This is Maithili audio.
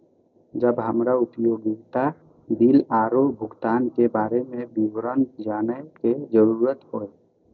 जब हमरा उपयोगिता बिल आरो भुगतान के बारे में विवरण जानय के जरुरत होय?